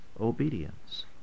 obedience